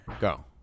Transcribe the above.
Go